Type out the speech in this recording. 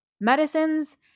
medicines